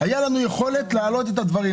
היתה לנו יכולת להעלות את הדברים.